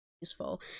useful